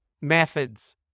methods